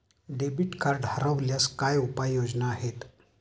Debit card हरवल्यास काय उपाय योजना आहेत?